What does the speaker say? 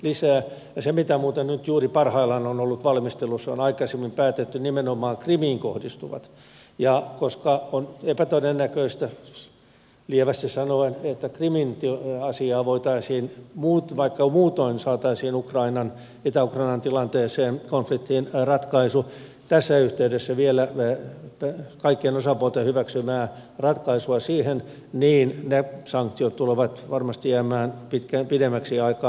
ja se mitä muuten nyt juuri parhaillaan on ollut valmistelussa on aikaisemmin päätetty ja nimenomaan krimiin kohdistuvaa ja koska on epätodennäköistä lievästi sanoen että krimin asiaa voitaisiin ratkaista vaikka muutoin saataisiin itä ukrainan tilanteeseen konfliktiin tässä yhteydessä vielä kaikkien osapuolten hyväksymä ratkaisu niin ne sanktiot tulevat varmasti jäämään pitkään pidemmäksi aikaa voimaan